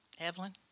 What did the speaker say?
Evelyn